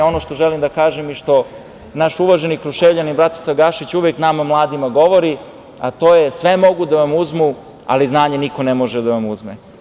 Ono što želim da kažem i što naš uvaženi Kruševljanin Bratislav Gašić uvek nama mladima govori, a to je – sve mogu da vam uzmu, ali znanje niko ne može da vam uzme.